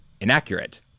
inaccurate